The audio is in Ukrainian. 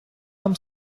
вам